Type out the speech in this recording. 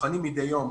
בוחנים מדי יום.